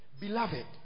beloved